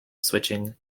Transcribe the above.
switching